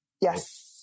Yes